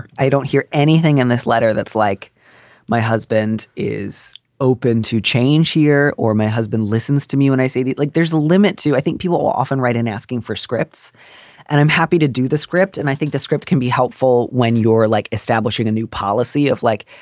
i don't hear anything in this letter that's like my husband is open to change here or my husband listens to me when i say that like there's a limit to. i think people will often write in asking for scripts and i'm happy to do the script. and i think the script can be helpful when you're like establishing a new policy of like,